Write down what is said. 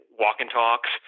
walk-and-talks